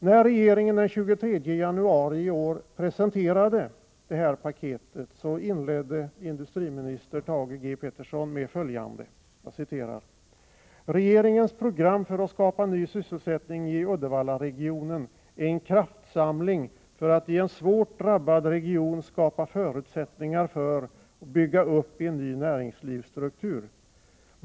När regeringen den 23 januari i år presenterade det här paketet inledde industriminister Thage G. Peterson med följande: ”Regeringens program för att skapa ny sysselsättning i Uddevallaregionen är en kraftsamling för att i en svårt drabbad region skapa förutsättningar för och bygga upp en ny näringslivsstruktur.